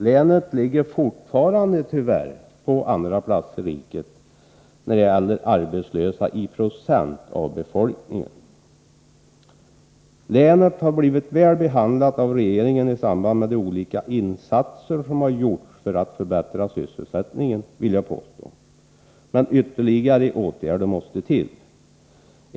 Länet ligger tyvärr fortfarande på andra plats i riket när det gäller arbetslösa i procent av befolkningen. Länet har, vill jag påstå, blivit väl behandlat av regeringen i samband med de olika insatser som har gjorts för att förbättra sysselsättningen, men ytterligare åtgärder måste till.